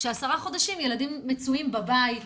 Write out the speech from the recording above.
כשעשרה חודשים ילדים מצויים בבית.